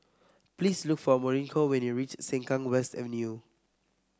please look for Mauricio when you reach Sengkang West Avenue